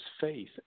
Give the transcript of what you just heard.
faith